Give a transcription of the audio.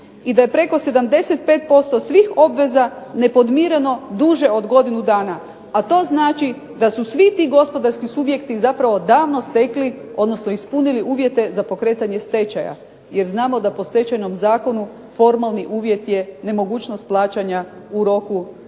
i da je preko 75% svih obveza nepodmireno duže od godinu dana a to znači da su svi ti gospodarski subjekti zapravo davno stekli odnosno ispunili uvjete za pokretanje stečaja jer znamo da po stečajnom zakonu formalni uvjet je nemogućnost plaćanja u roku od